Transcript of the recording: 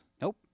Nope